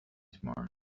tomorrow